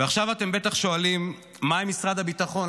ועכשיו אתם בטח שואלים מה עם משרד הביטחון,